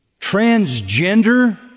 Transgender